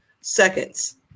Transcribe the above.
seconds